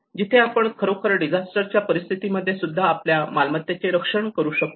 जिथे आपण खरोखर डिझास्टर च्या परिस्थितीमध्ये सुद्धा आपल्या मालमत्तेचे रक्षण करू शकतो